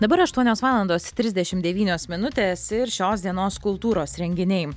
dabar aštuonios valandos trisdešimt devynios minutės ir šios dienos kultūros renginiai